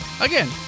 Again